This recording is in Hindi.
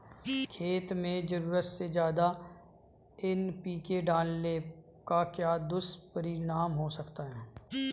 खेत में ज़रूरत से ज्यादा एन.पी.के डालने का क्या दुष्परिणाम हो सकता है?